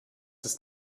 ist